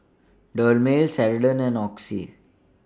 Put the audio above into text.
Dermale Ceradan and Oxy